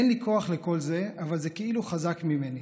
אין לי כוח לכל זה, אבל זה כאילו חזק ממני.